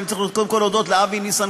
שאני צריך להודות קודם כול לאבי ניסנקורן,